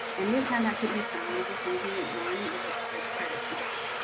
and this handout can be found within unit one of the college credits module.